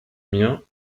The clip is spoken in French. mien